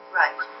right